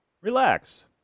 Relax